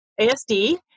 ASD